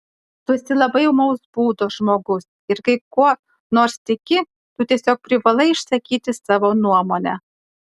tu esi labai ūmaus būdo žmogus ir kai kuo nors tiki tu tiesiog privalai išsakyti savo nuomonę